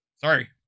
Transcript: Sorry